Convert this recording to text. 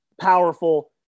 powerful